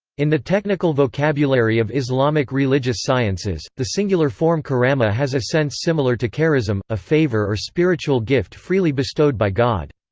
in the technical vocabulary of islamic religious sciences, the singular form karama has a sense similar to charism, a favor or spiritual gift freely bestowed by god.